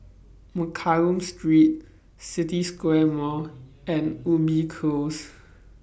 Mccallum Street City Square Mall and Ubi Close